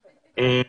שקיימות.